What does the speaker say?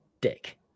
dick